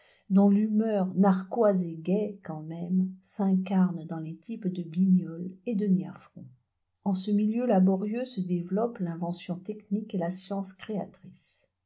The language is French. dont l'humeur narquoise et gaie quand même s'incarne dans les types de guignol et de gnafron en ce milieu laborieux se développent l'invention technique et la science créatrice